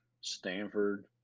Stanford